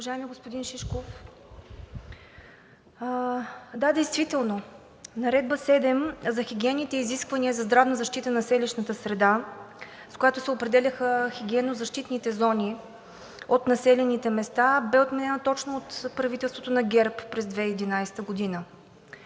уважаеми господин Шишков! Да, действително Наредба № 7 за хигиенните изисквания за здравна защита на селищната среда, с която се определяха хигиенно-защитните зони от населените места, бе отменена точно от правителството на ГЕРБ през 2011 г.